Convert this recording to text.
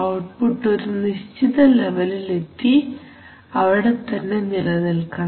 output ഒരു നിശ്ചിത ലെവലിൽ എത്തി അവിടെ തന്നെ നിലനിൽക്കണം